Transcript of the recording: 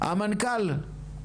המנכ"ל?